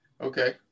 Okay